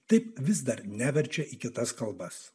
taip vis dar neverčia į kitas kalbas